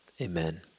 amen